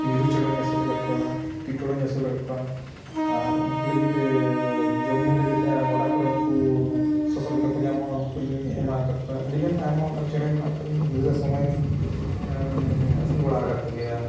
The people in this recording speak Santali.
ᱢᱤᱨᱩ ᱪᱮᱬᱮ ᱦᱚᱧ ᱟᱹᱥᱩᱞ ᱟᱠᱟᱫ ᱠᱚᱣᱟ ᱴᱤᱜᱼᱴᱚᱲᱚᱜ ᱤᱧ ᱟᱹᱥᱩᱞ ᱟᱠᱟᱫ ᱠᱚᱣᱟ ᱟᱨ ᱩᱱᱠᱩ ᱞᱟᱹᱜᱤᱫ ᱡᱚᱢ ᱧᱩ ᱞᱟᱹᱜᱤᱫ ᱜᱚᱰᱟ ᱠᱚᱨᱮᱫ ᱩᱱᱠᱩ ᱥᱚᱥᱚᱨᱡ ᱠᱟᱠᱚ ᱧᱟᱢᱚᱜᱼᱟ ᱩᱱᱠᱩ ᱠᱚᱞᱤᱧ ᱮᱢᱟ ᱟᱠᱟᱫ ᱠᱚᱣᱟ ᱟᱹᱰᱤ ᱜᱟᱱ ᱟᱭᱢᱟ ᱚᱱᱠᱟᱱ ᱪᱮᱬᱮ ᱢᱮᱱᱟᱜ ᱠᱚᱣᱟ ᱜᱤᱫᱽᱨᱟᱹ ᱥᱚᱢᱚᱭ ᱨᱤᱧ ᱟᱹᱥᱩᱞ ᱵᱟᱲᱟ ᱟᱠᱟᱫ ᱠᱚᱜᱮᱭᱟ